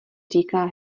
říká